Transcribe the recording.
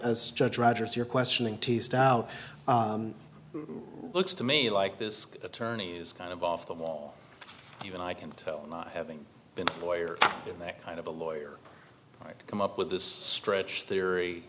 as judge rogers you're questioning taste now looks to me like this attorney's kind of off the wall even i can tell having been a lawyer in that kind of a lawyer to come up with this stretch theory